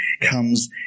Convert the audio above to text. comes